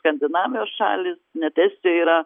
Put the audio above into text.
skandinavijos šalys net estija yra